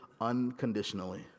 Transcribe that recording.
unconditionally